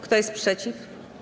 Kto jest przeciw?